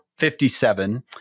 57